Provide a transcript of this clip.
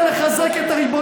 לכל מי שרוצה לחזק את הריבונות,